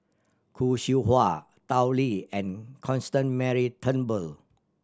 Khoo Seow Hwa Tao Li and Constance Mary Turnbull